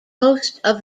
most